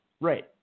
Right